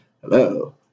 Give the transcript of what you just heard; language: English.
Hello